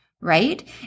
Right